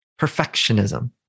perfectionism